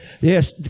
yes